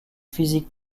physiques